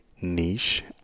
niche